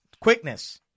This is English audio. quickness